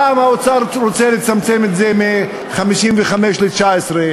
פעם האוצר רוצה לצמצם את זה מ-55 ל-19,